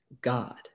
God